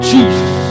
Jesus